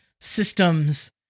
systems